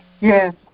Yes